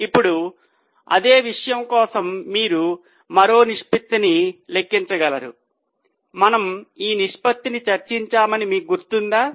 ఇప్పుడు అదే విషయం కోసం మీరు మరో నిష్పత్తిని లెక్కించగలరు మనము ఆ నిష్పత్తిని చర్చించామని మీకు గుర్తుందా